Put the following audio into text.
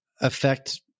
affect